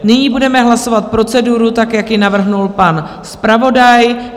Nyní budeme hlasovat proceduru tak, jak ji navrhl pan zpravodaj.